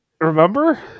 Remember